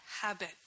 habit